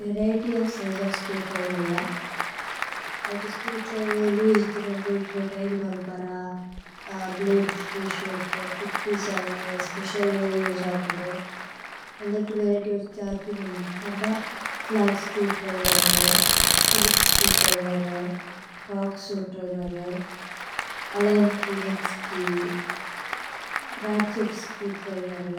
Variety of size of screwdriver ലുല। ഇത് സ്ച്രേവ്ദ്രിവേര്। ലൂസേ ഇഥേര്ന ബോല്തേദ് ഇഥേര്ന ത്യ്രേ മല്പര blade. Free shape tip designer special way of use ആപ്കോന്ദോ। ഓന്ധേതേ വരിഏത്യ് ഓഫ് ഛാഥീഗുന് പന്ധ flat. Screwdriver Phillips screwdriver torx screwdriver. Allen key, hex key, ratchet screwdriver.